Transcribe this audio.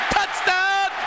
Touchdown